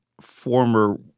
former